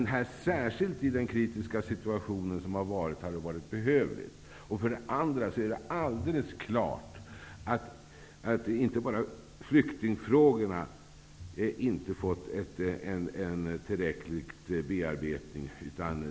Särskilt i den kritiska situation som rått hade det varit behövligt. Det är ju alldeles klart att inte bara flyktingfrågorna saknat en tillfredsställande bearbetning.